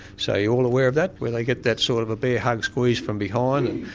so are you all aware of that where they get that sort of a bear hug squeeze from behind?